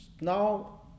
Now